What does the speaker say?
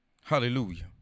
Hallelujah